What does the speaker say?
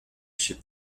chez